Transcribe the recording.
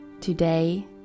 Today